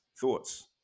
thoughts